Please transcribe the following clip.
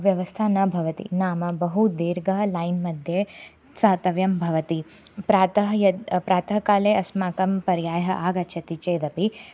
व्यवस्था न भवति नाम बहु दीर्घ लैन्मध्ये स्थातव्यं भवति प्रातः यद् प्रातः काले अस्माकं पर्यायः आगच्छति चेदपि